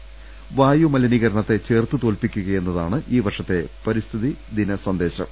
വായുമലിനീകരണത്തെ ചെറുത്തു തോൽപ്പിക്കുക എന്നതാണ് ഈ വർഷത്തെ പരിസ്ഥിതിദിന സന്ദേശം